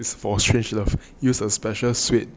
is for strangelove use a special sweet